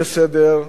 תאמין לי,